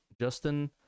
Justin